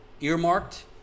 earmarked